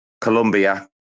Colombia